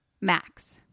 Max